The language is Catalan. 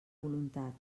voluntat